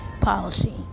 policy